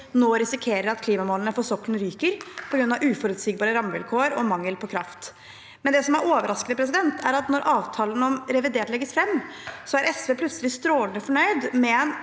nå risikerer at klimamålene for sokkelen ryker på grunn av uforutsigbare rammevilkår og mangel på kraft. Det som er overraskende, er at når avtalen om revidert legges fram, er SV plutselig strålende fornøyd med en